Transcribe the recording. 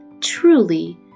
truly